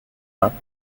peints